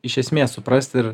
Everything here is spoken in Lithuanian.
iš esmės suprast ir